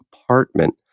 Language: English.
apartment